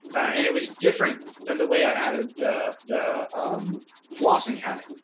and it was different than the way i added the the um flossing habit.